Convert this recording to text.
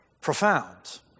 profound